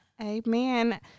amen